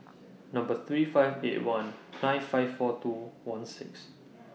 Number three five eight one nine five four two one six